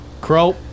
Crow